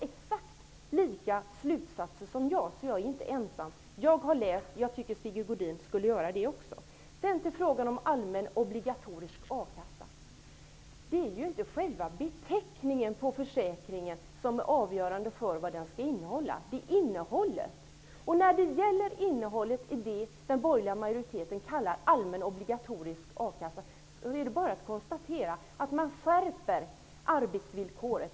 Jag står inte ensam. Jag har läst på. Det tycker jag Sigge Godin också skulle göra. Vad gäller frågan om allmän obligatorisk a-kassa är det inte själva beteckningen på försäkringen som avgör innehållet utan vad man bestämmer sig för att den skall innehålla. Ser man till innehållet i det som den borgerliga majoriteten kallar allmän obligatorisk a-kassa, kan man konstatera att arbetsvillkoret skärps.